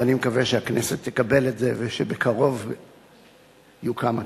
ואני מקווה שהכנסת תקבל את זה ושבקרוב יוקם הצוות.